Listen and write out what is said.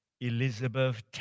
Elizabeth